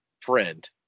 friend